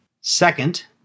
Second